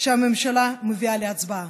שהממשלה מביאה להצבעה?